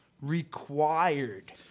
required